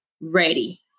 ready